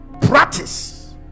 practice